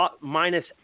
minus